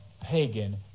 pagan